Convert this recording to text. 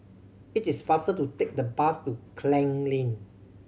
it is faster to take the bus to Klang Lane